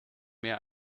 mehr